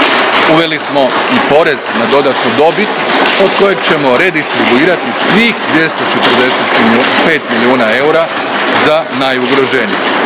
Uveli smo i porez na dodatnu dobit od kojeg ćemo redistribuirati svih 245 milijuna eura za najugroženije.